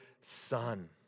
Son